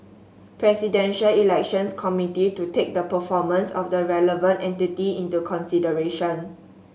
Presidential Elections Committee to take the performance of the relevant entity into consideration